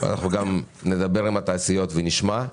נדבר עם התעשיות ונשמע,